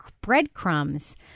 breadcrumbs